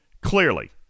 clearly